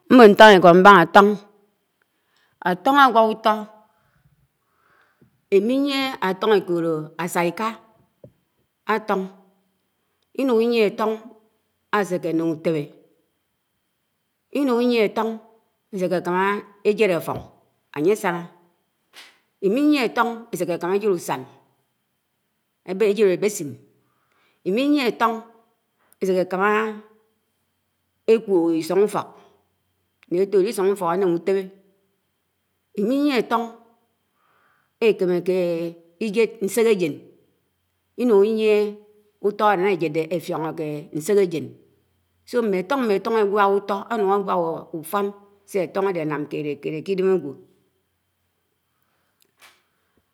Mmọ́ ntón íko mbáhá átón, átoṇ áwák útọ́ Iḿiyié átọ́n éko̱lo̱ ásái̱ká, áton Inun Iyie átọn asèkè ánem̱ utébé, Inún Iyié áton eséké ekámá éjẹd áton ánye ásáná, Imiyíe áto̱n eséké ekáṉá ejed usáṉ ejed abesin, Ím̱yiyiè aton eséké ekámá eekẃwok ísong úfók ṉe átode Isóṉg úto̱k áném úte̱ẃe Im̱iýie áton ekáméḵé Ijéd ṉsékéjeb, mm̱e tọ́ṉ, mm̱é átoṉ éwiák úto ànun eẃiak, ufoṉ se átoṉ ade ánám kéd kéd ḱi Ide̱m ágwo̱.